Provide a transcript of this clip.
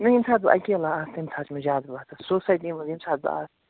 مےٚ ییٚمہِ ساتہٕ بہٕ اَکیلا آسہٕ تَمہِ ساتہٕ چھُ مےٚ زیادٕ باسان سوسایٹی منٛز ییٚمہِ ساتہٕ بہٕ آسہٕ